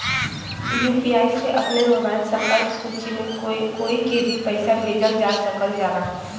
UPI से अपने mobile संपर्क सूची में कोई के भी पइसा भेजल जा सकल जाला